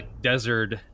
desert